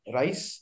rice